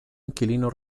inquilino